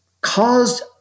caused